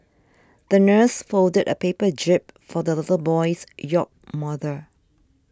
the nurse folded a paper jib for the little boy's yacht mother